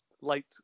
late